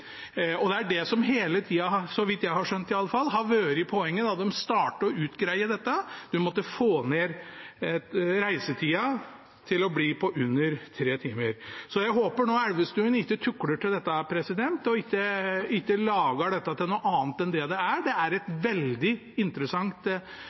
timer. Det er det som hele tida, så vidt jeg har skjønt, har vært poenget fra de startet å utrede dette. En måtte få ned reisetida til under tre timer. Så jeg håper at representanten Elvestuen ikke tukler til dette nå og lager det til noe annet enn det det er. Det er